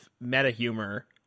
meta-humor